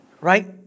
right